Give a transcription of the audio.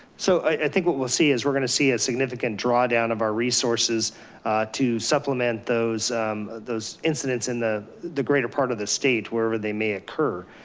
so i think what we'll see is we're gonna see a significant draw down of our resources to supplement those those incidents in the the greater part of the state, wherever they may occur.